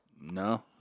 no